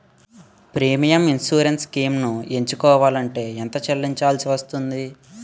Premium insurance schemes ఎంచుకోవలంటే ఎంత చల్లించాల్సివస్తుంది??